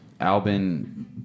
Albin